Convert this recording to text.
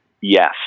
yes